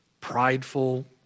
prideful